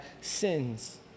sins